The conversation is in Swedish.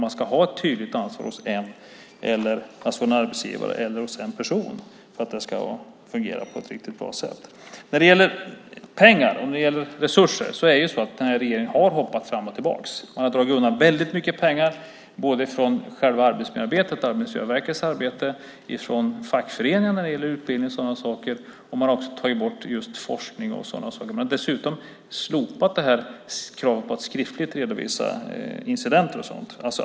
Man ska ha ett tydligt ansvar hos en arbetsgivare eller hos en person för att det ska fungera på ett riktigt bra sätt. När det gäller pengar och resurser har den här regeringen hoppat fram och tillbaka. Man har dragit undan väldigt mycket pengar från själva arbetsmiljöarbetet, från Arbetsmiljöverkets arbete, från fackföreningar när det gäller utbildning och sådana saker. Man har också tagit bort forskning och sådana saker. Man har dessutom slopat kravet på att skriftligt redovisa incidenter och sådant.